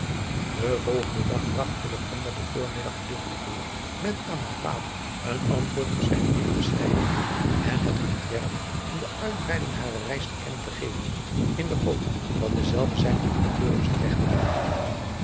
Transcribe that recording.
den volgenden dag bragt hillegonda den voormiddag gedeeltelijk door met aan haar vader een antwoord op zijnen brief te schrijven en het ontwerp van de uitbreiding harer reis te kennen te geven in de hoop dat dezelve zijne goedkeuring zou wegdragen